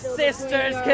sisters